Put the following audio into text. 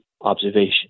observation